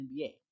NBA